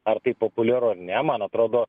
ar tai populiaru ar ne man atrodo